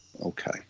Okay